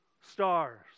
stars